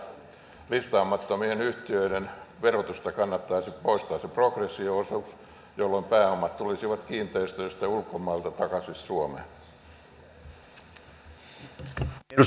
kilpailukyky kuntoon ja listaamattomien yhtiöiden verotuksesta kannattaisi poistaa se progressio osuus jolloin pääomat tulisivat kiinteistöistä ja ulkomailta takaisin suomeen